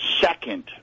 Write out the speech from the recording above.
second